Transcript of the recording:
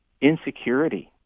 insecurity